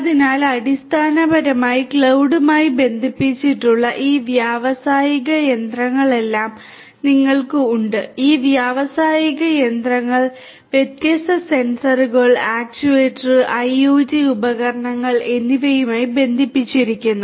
അതിനാൽ അടിസ്ഥാനപരമായി ക്ലൌഡുമായി ബന്ധിപ്പിച്ചിട്ടുള്ള ഈ വ്യാവസായിക യന്ത്രങ്ങളെല്ലാം നിങ്ങൾക്ക് ഉണ്ട് ഈ വ്യാവസായിക യന്ത്രങ്ങൾ വ്യത്യസ്ത സെൻസറുകൾ ആക്യുവേറ്ററുകൾ ഐഒടി ഉപകരണങ്ങൾ എന്നിവയുമായി ബന്ധിപ്പിച്ചിരിക്കുന്നു